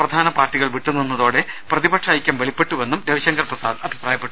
പ്രധാന പാർട്ടികൾ വിട്ടുനിന്നതോടെ പ്രതിപക്ഷ ഐക്യം വെളിപ്പെട്ടുവെന്ന് രവിശങ്കർ പ്രസാദ് അഭിപ്രായപ്പെട്ടു